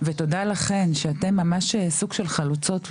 ותודה לכן שאתן ממש סוג של חלוצות לדרך.